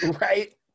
right